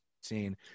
seen